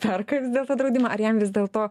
perka vis dėlto draudimą ar jam vis dėlto